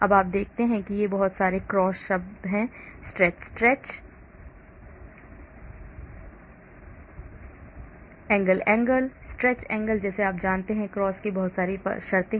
अब आप देखते हैं कि वहाँ बहुत सारे क्रॉस शब्द हैं stretch stretch angle angle stretch angle जैसे कि आप जानते हैं क्रॉस की बहुत सारी शर्तें